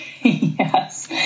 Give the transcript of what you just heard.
yes